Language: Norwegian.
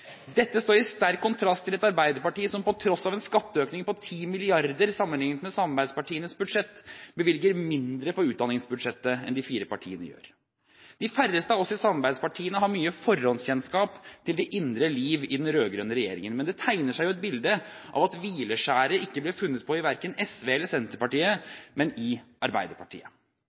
Dette står i sterk kontrast til et Arbeiderparti som, på tross av en skatteøkning på 10 mrd. kr sammenliknet med samarbeidspartienes budsjett, bevilger mindre på utdanningsbudsjettet enn de fire partiene gjør. De færreste av oss i samarbeidspartiene har mye førstehåndskjennskap til det indre liv i den rød-grønne regjeringen, men det tegner seg et bilde av at hvileskjæret ikke ble funnet på i hverken SV eller Senterpartiet, men i Arbeiderpartiet.